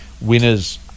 winners